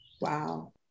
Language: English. Wow